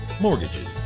mortgages